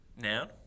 Noun